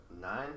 nine